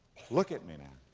look at me now.